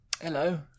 Hello